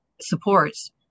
supports